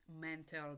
mental